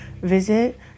Visit